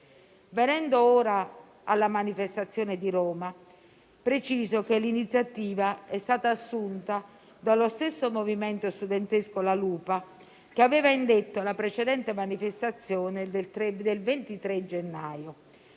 Venendo ora alla manifestazione di Roma, preciso che l'iniziativa è stata assunta dallo stesso movimento studentesco La Lupa, che aveva indetto la precedente manifestazione del 23 gennaio.